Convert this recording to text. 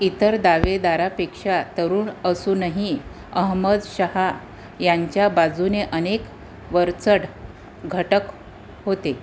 इतर दावेदारापेक्षा तरुण असूनही अहमद शहा यांच्या बाजूने अनेक वरचढ घटक होते